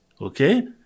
okay